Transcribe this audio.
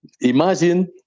Imagine